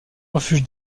refuge